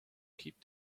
keep